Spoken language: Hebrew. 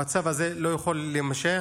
המצב הזה לא יכול להימשך.